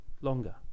longer